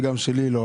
וגם שלי לא.